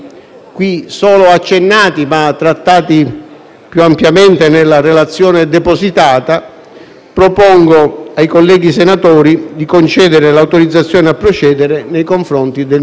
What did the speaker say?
propongo ai colleghi senatori di concedere l'autorizzazione a procedere nei confronti del ministro Salvini.